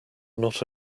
not